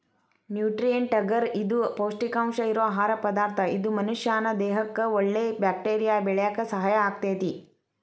nutrient agar ಇದು ಪೌಷ್ಟಿಕಾಂಶ ಇರೋ ಆಹಾರ ಪದಾರ್ಥ ಇದು ಮನಷ್ಯಾನ ದೇಹಕ್ಕಒಳ್ಳೆ ಬ್ಯಾಕ್ಟೇರಿಯಾ ಬೆಳ್ಯಾಕ ಸಹಾಯ ಆಗ್ತೇತಿ